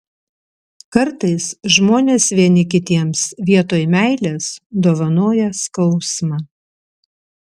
kartais žmonės vieni kitiems vietoj meilės dovanoja skausmą